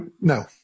no